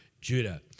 Judah